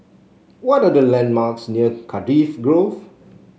what are the landmarks near Cardifi Grove